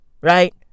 Right